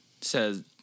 says